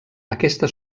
aquesta